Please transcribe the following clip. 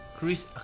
Chris